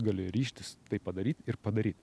gali ryžtis tai padaryt ir padaryt